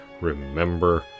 Remember